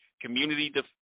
Community